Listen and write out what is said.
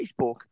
Facebook